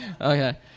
okay